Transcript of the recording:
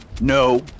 No